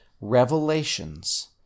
revelations